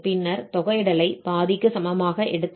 பின்னர் தொகையிடலைப் பாதிக்கு சமமாக எடுத்துக்கொள்வோம்